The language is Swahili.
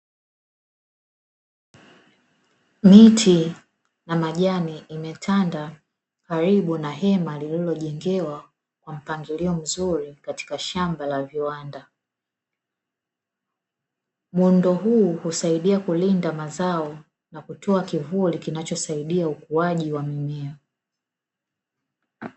Miti na majani imetanda karibu na hema lililojengewa kwa mpangilio mzuri katika shamba la viwanda, muundo huu usaidia kulinda mazao na kutoa kivuli kinachosaidia ukuaji wa mimea.